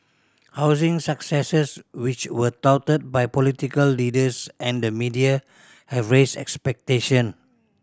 housing successes which were touted by political leaders and the media have raised expectation